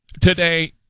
today